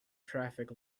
traffic